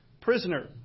prisoner